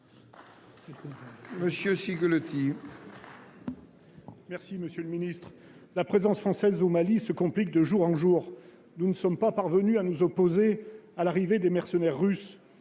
pour la réplique. Monsieur le ministre, la présence française au Mali se complique de jour en jour. Nous ne sommes pas parvenus à nous opposer à l'arrivée des mercenaires russes.